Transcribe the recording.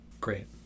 Great